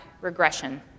regression